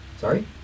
Sorry